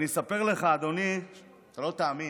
אני אספר לך, אדוני, אתה לא תאמין,